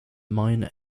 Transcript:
mine